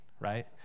right